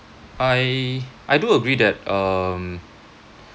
I I do agree that um